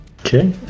Okay